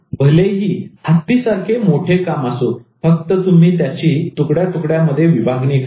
भलेही हत्तीसारखे मोठे काम असो फक्त तुम्ही त्याची तुकड्या तुकड्या मध्ये विभागणी करा